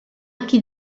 qui